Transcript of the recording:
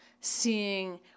seeing